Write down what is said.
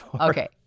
Okay